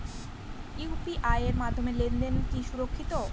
UPI এর মাধ্যমে লেনদেন কি সুরক্ষিত?